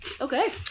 Okay